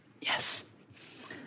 Yes